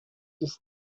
was